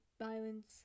violence